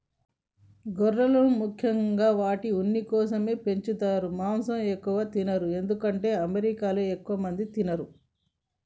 గొర్రెలను ముఖ్యంగా వాటి ఉన్ని కోసమే పెంచుతారు మాంసం ఎక్కువ తినరు ఎందుకంటే అమెరికాలో ఎక్కువ మంది తినరు